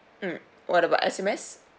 mm what about S_M_S